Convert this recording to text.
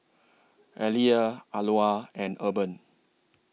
Aliyah Alois and Urban